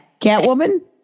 Catwoman